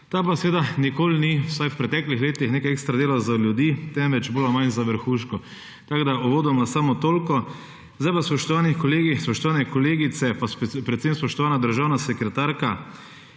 ta pa seveda nikoli ni vsaj v preteklih letih ni ekstra delal za ljudi, temveč bolj ali manj za / nerazumljivo/, tako da uvodoma samo toliko. Zdaj pa, spoštovani kolegi, spoštovane kolegice, pa predvsem spoštovana državna sekretarka,